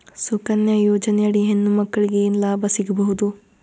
ಸುಕನ್ಯಾ ಯೋಜನೆ ಅಡಿ ಹೆಣ್ಣು ಮಕ್ಕಳಿಗೆ ಏನ ಲಾಭ ಸಿಗಬಹುದು?